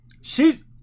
shoot